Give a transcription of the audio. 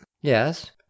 Yes